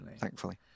thankfully